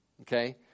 Okay